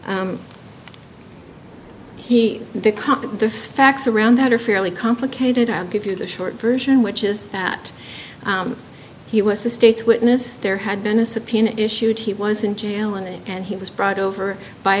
caught the facts around that are fairly complicated i'll give you the short version which is that he was the state's witness there had been a subpoena issued he was in jail on it and he was brought over by